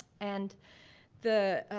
and the